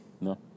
No